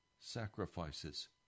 sacrifices